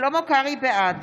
בעד